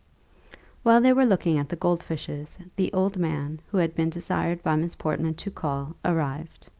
while they were looking at the gold fishes, the old man, who had been desired by miss portman to call, arrived.